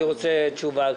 אני רוצה תשובה.